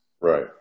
right